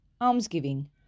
Almsgiving